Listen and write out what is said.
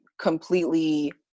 completely